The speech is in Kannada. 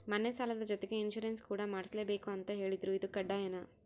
ಮನೆ ಸಾಲದ ಜೊತೆಗೆ ಇನ್ಸುರೆನ್ಸ್ ಕೂಡ ಮಾಡ್ಸಲೇಬೇಕು ಅಂತ ಹೇಳಿದ್ರು ಇದು ಕಡ್ಡಾಯನಾ?